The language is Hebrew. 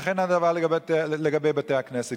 וכן הדבר לגבי בתי-כנסת?